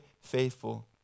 faithful